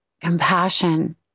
compassion